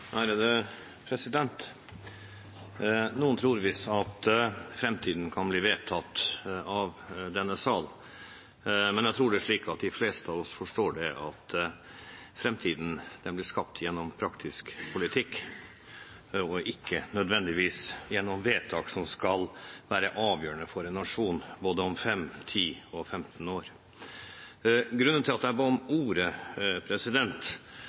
Noen tror visst at framtiden kan bli vedtatt av denne sal, men jeg tror det er slik at de fleste av oss forstår at framtiden blir skapt gjennom praktisk politikk og ikke nødvendigvis gjennom vedtak som skal være avgjørende for en nasjon om både fem, ti og femten år. Grunnen til at jeg ba om